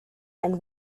and